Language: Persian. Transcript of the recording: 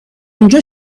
اونجا